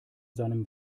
seinem